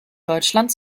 deutschland